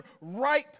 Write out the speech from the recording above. ripe